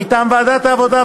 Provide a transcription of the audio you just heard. מטעם ועדת העבודה,